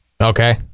Okay